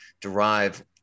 derive